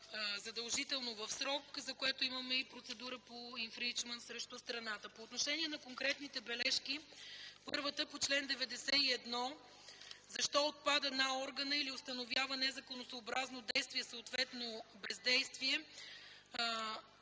задължително в срок, за което имаме процедура по инфрийчмънт срещу страната. По отношение на конкретните бележки. Първата – по чл. 91, защо отпада „на органа или установяване законосъобразно действие, съответно бездействие”?